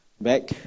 back